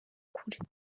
kure